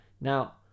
now